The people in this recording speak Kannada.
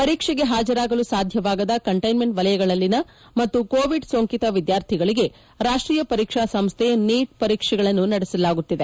ಪರೀಕ್ಷೆಗೆ ಹಾಜರಾಗಲು ಸಾಧ್ಯವಾಗದ ಕಂಟೈನ್ಮೆಂಟ್ ವಲಯಗಳಲ್ಲಿನ ಮತ್ತು ಕೋವಿಡ್ ಸೋಂಕಿತ ವಿದ್ವಾರ್ಥಿಗಳಿಗೆ ರಾಷ್ಷೀಯ ಪರೀಕ್ಷಾ ಸಂಸ್ಥೆ ನೀಟ್ ಪರೀಕ್ಷೆಗಳನ್ನು ನಡೆಸುತ್ತಿದೆ